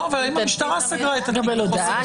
אם המשטרה סגרה את התיק מחוסר אשמה?